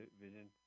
vision